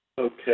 Okay